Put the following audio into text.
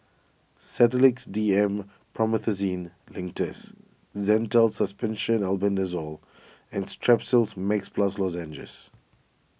Sedilix D M Promethazine Linctus Zental Suspension Albendazole and Strepsils Max Plus Lozenges